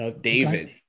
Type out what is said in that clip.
David